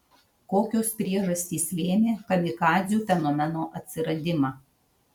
kokios priežastys lėmė kamikadzių fenomeno atsiradimą